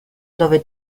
dove